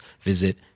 visit